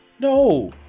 no